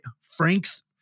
Frank's